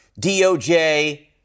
DOJ